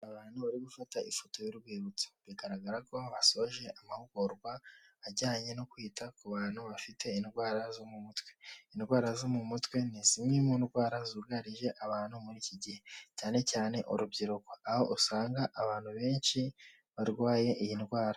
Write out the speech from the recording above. Abantu bari gufata ifoto y'urwibutso bigaragara ko basoje amahugurwa ajyanye no kwita ku bantu bafite indwara zo mu mutwe, indwara zo mu mutwe ni zimwe mu ndwara zugarije abantu muri iki gihe cyane cyane urubyiruko, aho usanga abantu benshi barwaye iyi ndwara.